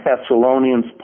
Thessalonians